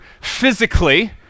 physically